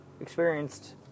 experienced